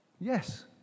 Yes